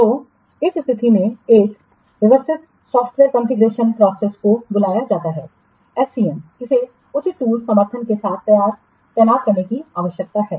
तो इस स्थिति में एक व्यवस्थित सॉफ़्टवेयर कॉन्फ़िगरेशनमैनेजमेंट प्रोसेसको बुलाया जाता है SCM इसे उचित टूंलस समर्थन के साथ तैनात करने की आवश्यकता है